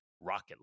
rocket